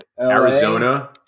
Arizona